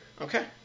okay